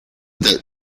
that